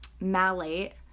malate